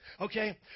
okay